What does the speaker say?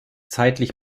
zeitlich